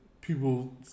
people